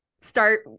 start